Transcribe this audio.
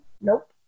Nope